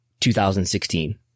2016